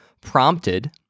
prompted